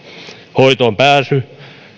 hoitoon pääsy